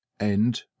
End